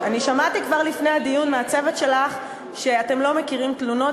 אני שמעתי כבר לפני הדיון מהצוות שלך שאתם לא מכירים תלונות,